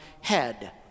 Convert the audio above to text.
head